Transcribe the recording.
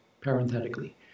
parenthetically